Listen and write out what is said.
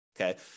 Okay